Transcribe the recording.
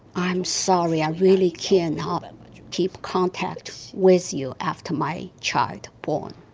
i'm sorry. i really cannot um and but keep contact with you after my child born.